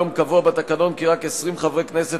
היום קבוע בתקנון כי רק 20 חברי הכנסת